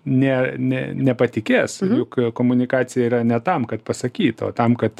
ne ne nepatikės juk komunikacija yra ne tam kad pasakyt o tam kad